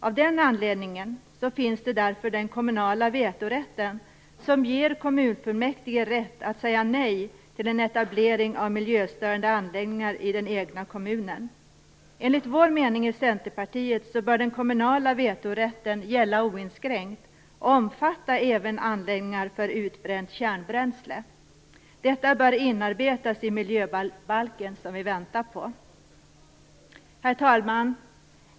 Av den anledningen finns den kommunala vetorätten som ger kommunfullmäktige rätt att säga nej till en etablering av miljöstörande anläggningar i den egna kommunen. Enligt Centerpartiets mening bör den kommunala vetorätten gälla oinskränkt och även omfatta anläggningar för utbränt kärnbränsle. Detta bör inarbetas i miljöbalken som vi väntar på. Herr talman!